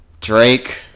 Drake